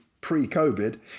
pre-COVID